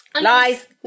Lies